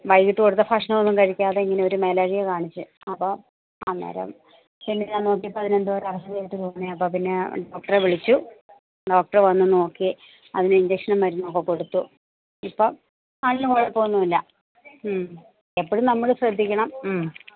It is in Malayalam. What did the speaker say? വൈകിട്ട് കൊടുത്ത ഭക്ഷണം ഒന്നും കഴിക്കാതെ ഇങ്ങനെ ഒരു മേലായിക കാണിച്ചു അപ്പം അന്നേരം ചെന്നു ഞാന് നോക്കിയപ്പം അതിന് എന്തോ ഒരു അവശതയായിട്ട് തോന്നി അപ്പം പിന്നെ ഡോക്ടറെ വിളിച്ചു ഡോക്ടറ് വന്നു നോക്കി അതിന് ഇഞ്ചക്ഷനും മരുന്നും ഒക്കെ കൊടുത്തു ഇപ്പം അതിന് കുഴപ്പം ഒന്നുമില്ല ഉം എപ്പോഴും നമ്മൾ ശ്രദ്ധിക്കണം ഉം